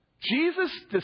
Jesus